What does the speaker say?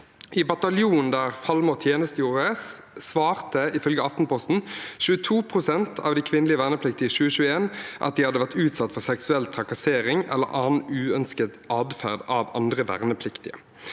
I bataljonen der Falmår tjenestegjorde, svarte iføl ge Aftenposten 22 pst. av de kvinnelige vernepliktige i 2021 at de hadde vært utsatt for seksuell trakassering eller annen uønsket atferd av andre vernepliktige.